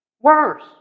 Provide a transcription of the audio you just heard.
Worse